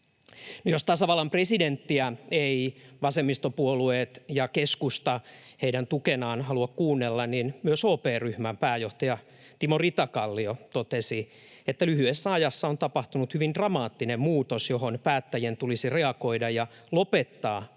Jos tasavallan presidenttiä eivät vasemmistopuolueet ja keskusta heidän tukenaan halua kuunnella, niin myös OP-ryhmän pääjohtaja Timo Ritakallio totesi, että lyhyessä ajassa on tapahtunut hyvin dramaattinen muutos, johon päättäjien tulisi reagoida ja lopettaa